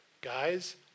Guys